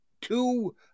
two